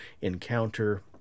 encounter